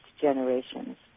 generations